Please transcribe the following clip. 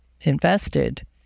invested